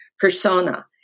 Persona